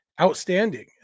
outstanding